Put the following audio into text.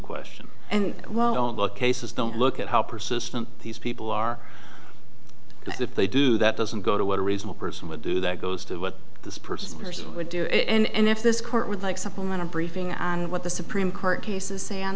question and while i don't look cases don't look at how persistent these people are but if they do that doesn't go to what a reasonable person would do that goes to what this person person would do and if this court would like supplement a briefing on what the supreme court cases say on